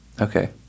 Okay